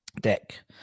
Deck